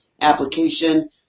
application